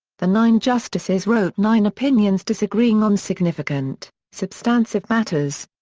the nine justices wrote nine opinions disagreeing on significant, substantive matters.